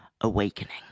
Awakening